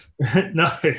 No